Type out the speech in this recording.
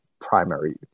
primary